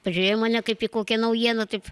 pažiūrėjo į mane kaip į kokią naujieną taip